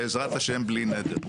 בעזרת השם, בלי נדר.